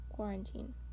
Quarantine